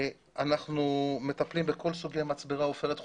אנחנו מטפלים בכל סוגי מצברה עופרת חומצה.